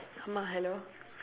hello